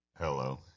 Hello